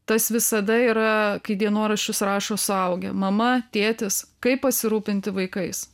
tas visada yra kai dienoraščius rašo suaugę mama tėtis kaip pasirūpinti vaikais